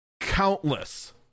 countless